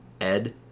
Ed